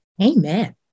Amen